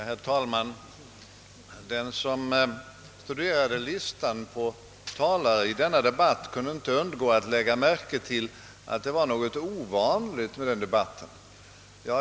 Herr talman! Den som studerade listan över talare i denna debatt kunde inte undgå att lägga märke till att det var något ovanligt med den.